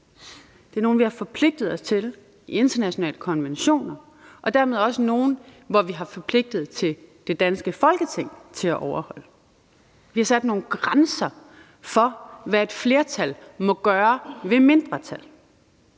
er en noget, vi har forpligtet os til i internationale konventioner, og dermed også noget, som vi har forpligtet det danske Folketing til at overholde. Vi har sat nogle grænser for, hvad et flertal må gøre ved mindretal.